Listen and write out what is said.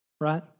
right